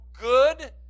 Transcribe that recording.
good